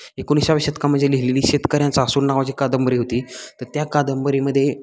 एकोणीसाव्या शतकामध्ये लिहिलेली शेतकऱ्यांचा असूड नावाची कादंबरी होती तर त्या कादंबरीमध्ये